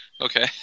Okay